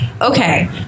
okay